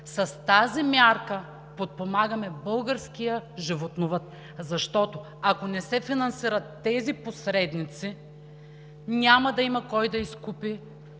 С тази мярка подпомагаме българския животновъд, защото, ако не се финансират тези посредници, няма да има кой да изкупи